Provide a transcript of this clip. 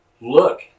look